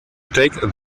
take